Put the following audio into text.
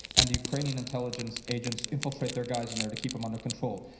and the ukrainian intelligence agents infiltrate their guys in there to keep them under control.